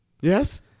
Yes